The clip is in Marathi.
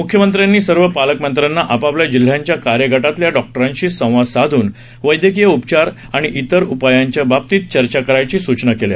मुख्यमंत्र्यांनी सर्व पालकमंत्र्यांना आपापल्या जिल्ह्यांच्या कार्यगटातल्या डॉक्टरांशी संवाद साधून वैदयकीय उपचार आणि इतर उपायांच्याबाबतीत चर्चा करायच्या सूचना केल्या